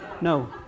No